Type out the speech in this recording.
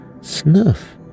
snuff